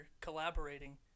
collaborating